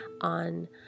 on